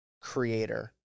creator